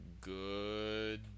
good